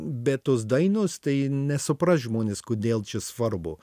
bet tos dainos tai nesupras žmonės kodėl čia svarbu